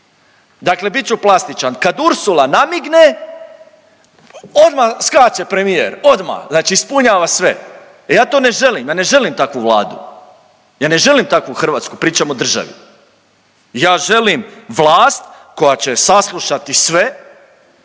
Dakle, bit ću plastičan. Kad Ursula namigne odmah skače premijer, odmah znači ispunjava sve. Ja to ne želim, ja ne želim takvu Vladu. Ja ne želim takvu Hrvatsku, pričam o državi. Ja želim vlast koja će saslušati sve,